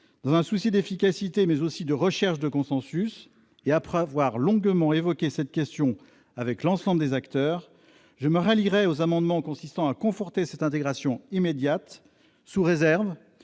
dans un souci d'efficacité, mais également de recherche de consensus, et après avoir longuement évoqué cette question avec l'ensemble des acteurs, je me rallierai aux amendements visant à conforter cette intégration immédiate, sous réserve